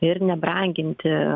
ir nebranginti